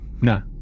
No